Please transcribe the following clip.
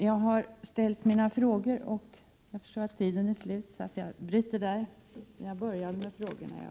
Jag förstår att taletiden nu är slut, men jag har ställt mina frågor och hoppas kunna återkomma.